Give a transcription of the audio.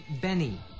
Benny